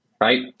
right